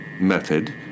method